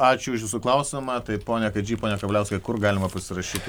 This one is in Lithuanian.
ačiū už jūsų klausimą tai pone kadžy pone kavaliauskai kur galima pasirašyti